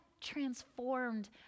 transformed